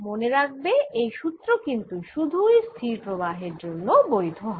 মনে রাখবে এই সুত্র কিন্তু সুধুই স্থির প্রবাহের জন্য বৈধ হয়